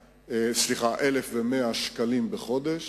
1,100 שקלים בחודש,